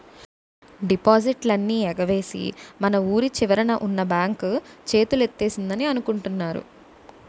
డిపాజిట్లన్నీ ఎగవేసి మన వూరి చివరన ఉన్న బాంక్ చేతులెత్తేసిందని అనుకుంటున్నారు